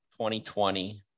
2020